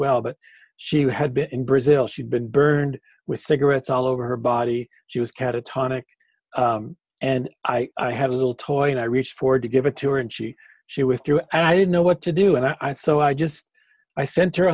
well but she had been in brazil she'd been burned with cigarettes all over her body she was catatonic and i had a little toy and i reached forward to give a tour and she she withdrew and i didn't know what to do and i so i just i sent her